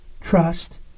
trust